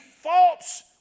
false